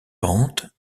pentes